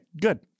good